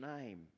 name